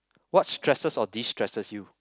what stresses or destresses you